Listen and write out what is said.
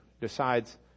Decides